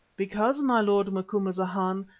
because, my lord macumazana,